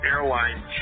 Airline